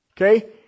Okay